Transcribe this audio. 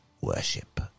worship